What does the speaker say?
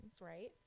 right